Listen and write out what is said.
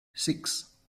six